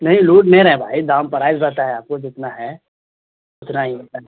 نہیں لوٹ نہیں رہے ہیں بھائی دام پرائز بتایا آپ کو جتنا ہے اتنا ہی ہوتا ہے